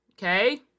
Okay